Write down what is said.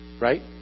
right